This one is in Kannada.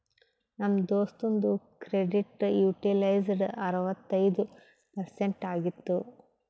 ನಮ್ ದೋಸ್ತುಂದು ಕ್ರೆಡಿಟ್ ಯುಟಿಲೈಜ್ಡ್ ಅರವತ್ತೈಯ್ದ ಪರ್ಸೆಂಟ್ ಆಗಿತ್ತು